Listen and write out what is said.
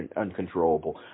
uncontrollable